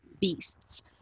beasts